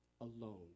Alone